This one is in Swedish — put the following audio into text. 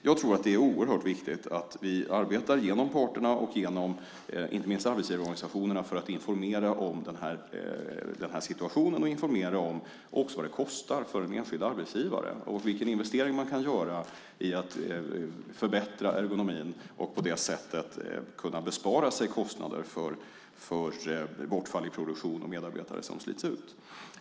Jag tror att det är oerhört viktigt att vi arbetar genom parterna och inte minst genom arbetsgivarorganisationerna för att informera om den här situationen, om vad det kostar för den enskilda arbetsgivaren och vilken investering man kan göra genom att förbättra ergonomin och på det sättet bespara sig kostnader för bortfall i produktion och medarbetare som slits ut.